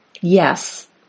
Yes